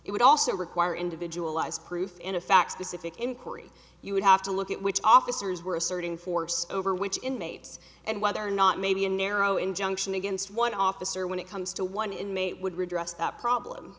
it would also require individualized proof in a fact specific inquiry you would have to look at which officers were asserting force over which inmates and whether or not maybe a narrow injunction against one officer when it comes to one inmate would redress that problem